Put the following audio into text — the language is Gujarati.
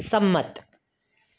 સંમત